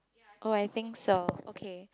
oh I think so okay